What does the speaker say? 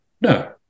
no